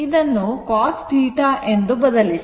ಇದನ್ನು cos θ ಎಂದು ಬದಲಿಸಿ